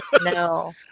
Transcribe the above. No